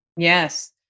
Yes